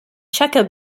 chukka